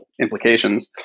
implications